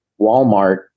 Walmart